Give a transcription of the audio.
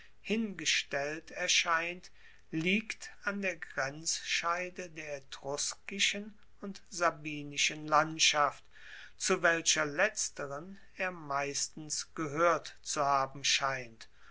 hingestellt erscheint liegt an der grenzscheide der etruskischen und sabinischen landschaft zu welcher letzteren er meistens gehoert zu haben scheint